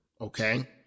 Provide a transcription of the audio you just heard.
Okay